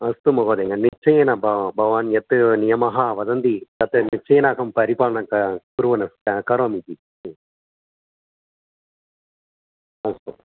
अस्तु महोदय निश्चयेन ब भवान् नियमः वदन्ति तत् निश्चयेन अहं परिपालनं क कुर्वन् करोमि जि हा अस्तु